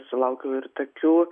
sulaukiau ir tokių